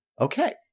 Okay